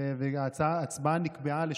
וההצבעה נקבעה ל-08:30,